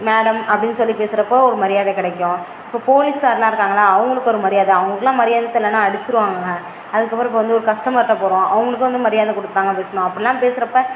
madam அப்படினு சொல்லி பேசுகிறப்போ ஒரு மரியாதை கிடைக்கும் இப்போது போலீஸ் சார்னா இருக்காங்கள அவங்களுக்கு ஒரு மரியாதை அவங்களுக்குலாம் மரியாதை தரலான அடிச்சுடுவாங்கங்க அதுக்கப்புறம் இப்போது வந்து ஒரு கஸ்டமர்கிட்ட போகிறோம் அவங்களுக்கும் வந்து மரியாதை கொடுத்து தாங்க பேசணும் அப்படிலாம் பேசுகிறப்ப